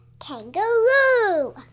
kangaroo